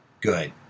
good